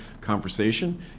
conversation